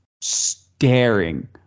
staring